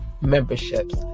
memberships